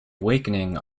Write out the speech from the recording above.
awakening